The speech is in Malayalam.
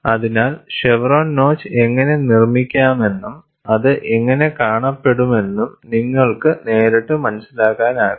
അതിനാൽ ഷെവ്റോൺ നോച്ച് എങ്ങനെ നിർമ്മിക്കാമെന്നും അത് എങ്ങനെ കാണപ്പെടുമെന്നും നിങ്ങൾക്ക് നേരിട്ട് മനസ്സിലാക്കാനാകും